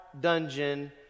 dungeon